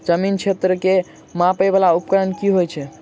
जमीन क्षेत्र केँ मापय वला उपकरण की होइत अछि?